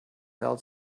fell